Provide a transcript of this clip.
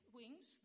wings